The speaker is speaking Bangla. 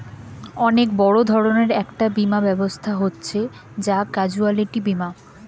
অনেক বড় ধরনের একটা বীমা ব্যবস্থা হচ্ছে ক্যাজুয়ালটি বীমা